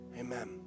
Amen